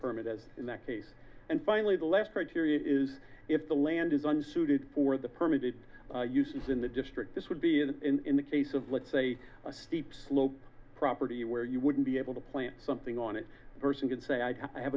permit as in that case and finally the last criterion is if the land is unsuited for the permitted use in the district this would be in the case of let's say a steep slope property where you wouldn't be able to plant something on it person could say i have